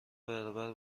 برابر